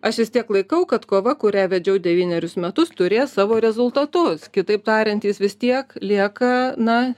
aš vis tiek laikau kad kova kurią vedžiau devynerius metus turės savo rezultatus kitaip tariant jis vis tiek lieka na